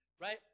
right